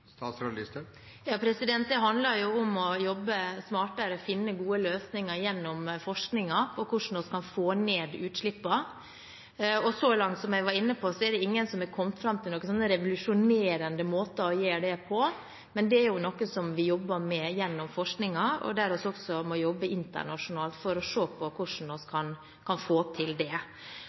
Det handler om å jobbe smartere og finne gode løsninger gjennom forskningen på hvordan vi kan få ned utslippene. Som jeg var inne på, er det ingen som har kommet fram til noen revolusjonerende måter å gjøre det på. Men det er noe vi jobber med gjennom forskningen, der vi også må jobbe internasjonalt for å se på hvordan vi kan få det til. Så mener jeg at det